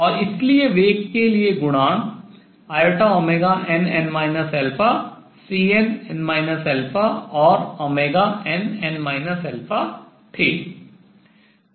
और इसलिए वेग के लिए गुणांक inn Cnn और nn थे